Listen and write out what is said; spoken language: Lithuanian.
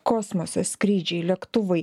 kosmosas skrydžiai lėktuvai